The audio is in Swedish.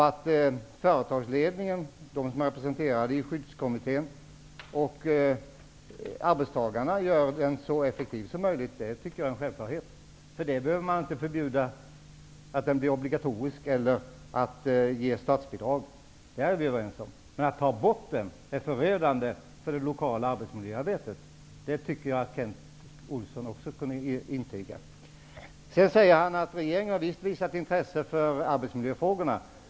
Att företagsledningen, representanterna i skyddskommittén och arbetstagarna gör denna så effektiv som möjligt tycker jag är en självklarhet, men det är inget skäl mot att den skall bli obligatorisk eller mot att ge statsbidrag till den. Det här är vi överens om. Men att ta bort den är förödande för det lokala arbetsmiljöarbetet, och det tycker jag att också Kent Olsson kunde intyga. Kent Olsson säger vidare att regeringen visst har visat intresse för arbetsmiljöfrågorna.